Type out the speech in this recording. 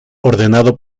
ordenado